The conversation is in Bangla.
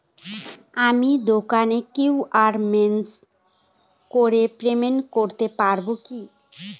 আমি দোকানে কিউ.আর স্ক্যান করে পেমেন্ট করতে পারবো কি?